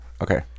Okay